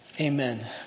Amen